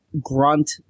grunt